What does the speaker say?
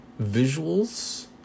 visuals